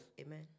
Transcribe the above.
Amen